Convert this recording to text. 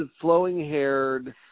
flowing-haired